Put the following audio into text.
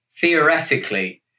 theoretically